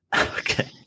Okay